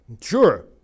Sure